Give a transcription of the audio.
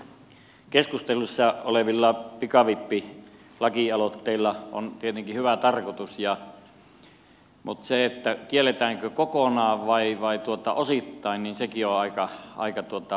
nyt keskustelussa olevilla pikavippilakialoitteilla on tietenkin hyvä tarkoitus mutta sekin kielletäänkö kokonaan vai osittain on aika merkittävä asia